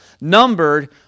numbered